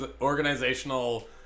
organizational